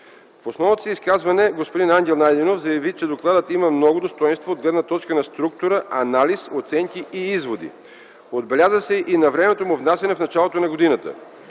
В основното си изказване господин Ангел Найденов заяви, че докладът има много достойнства от гледна точка на структура, анализ, оценки и изводи. Отбеляза се и навременното му внасяне в началото на годината.